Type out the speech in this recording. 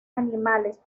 animales